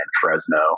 Fresno